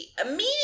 Immediately